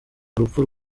urupfu